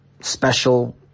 special